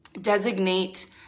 designate